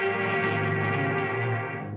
and